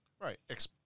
Right